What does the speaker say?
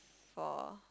four